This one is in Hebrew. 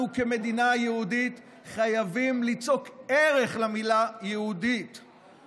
אנחנו כמדינה יהודית חייבים ליצוק ערך במילה "יהודית";